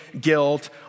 guilt